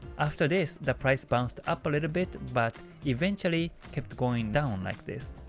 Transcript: after this, the price bounced up a little bit, but eventually kept going down like this.